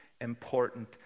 important